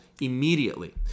immediately